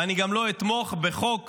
ואני לא אתמוך גם בחוק